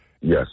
Yes